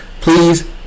Please